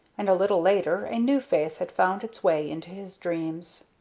and a little later a new face had found its way into his dreams.